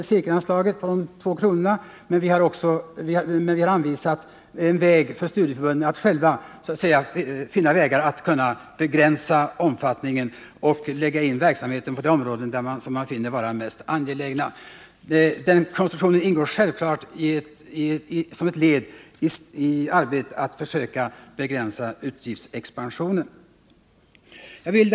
per studietimme när det gäller cirkelanslaget, men vi har anvisat en väg för studieförbunden själva att söka begränsa omfattningen av verksamheten och lägga in verksamheten på de områden man finner mest angelägna. Den konstruktionen ingår självfallet som ett led i arbetet att försöka begränsa utgiftsexpansionen. Herr talman!